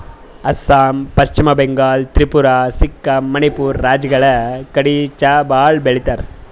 ಅಸ್ಸಾಂ, ಪಶ್ಚಿಮ ಬಂಗಾಳ್, ತ್ರಿಪುರಾ, ಸಿಕ್ಕಿಂ, ಮಣಿಪುರ್ ರಾಜ್ಯಗಳ್ ಕಡಿ ಚಾ ಭಾಳ್ ಬೆಳಿತಾರ್